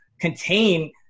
contain